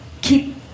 keep